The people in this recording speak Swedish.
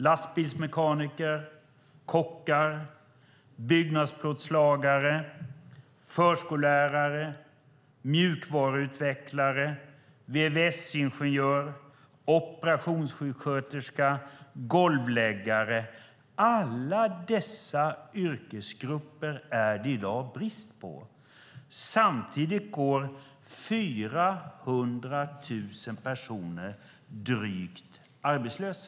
Lastbilsmekaniker, kockar, byggnadsplåtslagare, förskollärare, mjukvaruutvecklare, vvs-ingenjörer, operationssjuksköterskor och golvläggare - inom alla dessa yrkesgrupper råder i dag brist på arbetskraft. Samtidigt går drygt 400 000 personer arbetslösa.